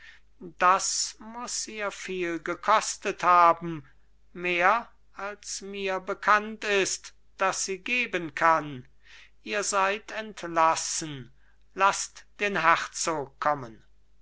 das muß ihr viel gekostet haben mehr als mir bekannt ist daß sie geben kann ihr seid entlassen laßt den herzog kommen